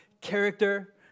Character